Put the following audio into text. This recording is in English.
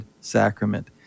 sacrament